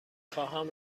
خواهم